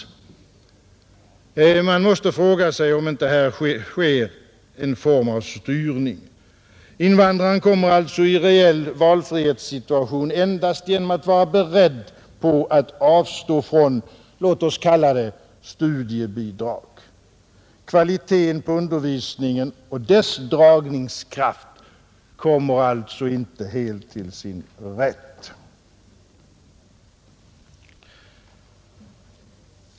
Man måste fråga sig om inte här sker en form av styrning. Invandraren kommer alltså i reell valfrihetssituation endast genom att vara beredd på att avstå från låt oss kalla det studiebidrag. Kvaliteten på undervisningen och dess dragningskraft kommer alltså inte helt till sin rätt.